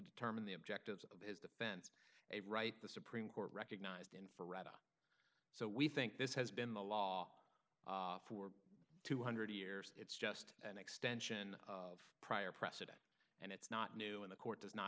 determine the objectives of his defense a right the supreme court recognized in forever so we think this has been the law for two hundred years it's just an extension of prior precedent and it's not new in the court does not